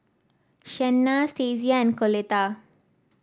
Shenna Stacia and Coletta